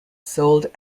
sold